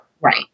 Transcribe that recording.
Right